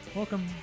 Welcome